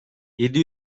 yedi